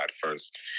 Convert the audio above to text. first